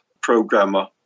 programmer